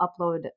upload